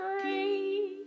free